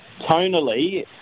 tonally